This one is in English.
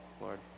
Lord